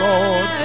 Lord